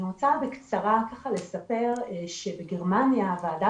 אני רוצה בקצרה לספר שבגרמניה הוועדה